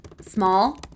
small